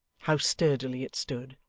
how sturdily it stood!